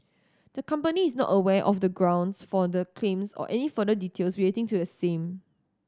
the company is not aware of the grounds for the claims or any further details relating to the same